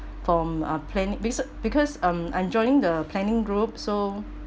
from uh planning bas~ because um I'm joining the planning group so